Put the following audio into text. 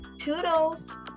Toodles